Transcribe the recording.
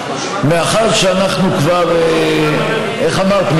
שמאחר שאנחנו כבר, איך אמרת?